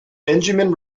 benjamin